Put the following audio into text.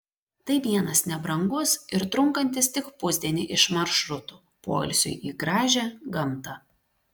tai vienas nebrangus ir trunkantis tik pusdienį iš maršrutų poilsiui į gražią gamtą